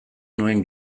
nuen